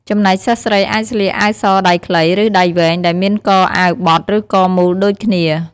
ចំណែកសិស្សស្រី អាចស្លៀក អាវសដៃខ្លី ឬដៃវែង ដែលមានកអាវបត់ ឬកមូលដូចគ្នា។